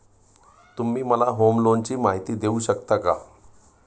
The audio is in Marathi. तुम्ही मला होम लोनची माहिती देऊ शकता का?